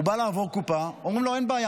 הוא בא לעבור קופה, ואומרים לו: אין בעיה.